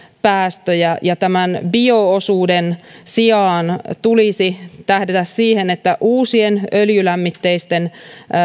päästöjä tämän bio osuuden sijaan tulisi tähdätä siihen että uusien öljylämmitteisten